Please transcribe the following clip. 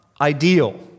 ideal